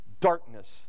darkness